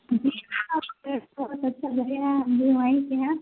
جی بہت اچھا جگہ ہے ہم بھی وہیں کے ہیں